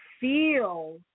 feel